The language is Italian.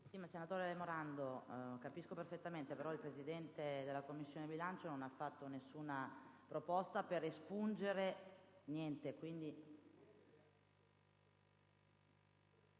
Senatore Morando, capisco perfettamente, però il Presidente della Commissione bilancio non ha fatto nessuna proposta di espungere alcunchè.